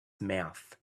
mouth